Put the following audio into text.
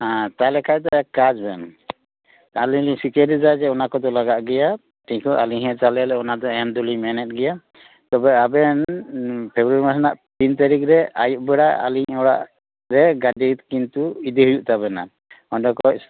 ᱦᱮᱸ ᱛᱟᱦᱚᱞᱮ ᱠᱷᱟᱱ ᱫᱚ ᱮᱠ ᱠᱟᱡᱽ ᱵᱮᱱ ᱟᱹᱞᱤᱧ ᱞᱤᱧ ᱥᱤᱠᱟᱹᱨᱮᱫᱟ ᱚᱱᱟ ᱠᱚᱫᱚ ᱞᱟᱜᱟᱜ ᱜᱮᱭᱟ ᱠᱤᱱᱛᱩ ᱟᱹᱞᱤᱧ ᱦᱚᱸ ᱛᱟᱦᱚᱞᱮ ᱚᱱᱟ ᱫᱚ ᱮᱢ ᱫᱚᱞᱤᱧ ᱢᱮᱱᱮᱫ ᱜᱮᱭᱟ ᱛᱚᱵᱮ ᱟᱵᱮᱱ ᱯᱷᱮᱵᱽᱨᱤ ᱢᱟᱥ ᱨᱮᱱᱟᱜ ᱛᱤᱱ ᱛᱟᱹᱨᱤᱠ ᱨᱮ ᱟᱹᱭᱩᱵ ᱵᱮᱲᱟ ᱟᱹᱞᱤᱧ ᱚᱲᱟᱜ ᱨᱮ ᱜᱟᱹᱰᱤ ᱠᱤᱱᱛᱩ ᱤᱫᱤ ᱦᱩᱭᱩᱜ ᱛᱟᱵᱮᱱᱟ ᱚᱸᱰᱮ ᱠᱷᱚᱱ